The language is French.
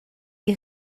est